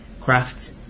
craft